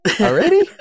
Already